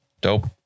dope